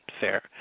fair